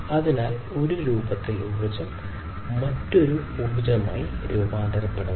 അതിനാൽ ഒരു രൂപത്തിലുള്ള ഊർജ്ജം മറ്റൊരു ഊർജ്ജമായി രൂപാന്തരപ്പെടുന്നു